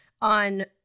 on